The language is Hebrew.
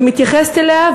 ומתייחסת אליה,